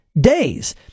days